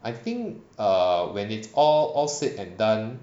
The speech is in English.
I think err when it's all said and done